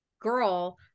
girl